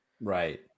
Right